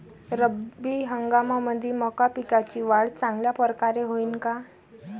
रब्बी हंगामामंदी मका पिकाची वाढ चांगल्या परकारे होईन का?